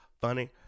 funny